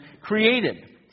created